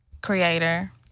creator